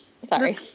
sorry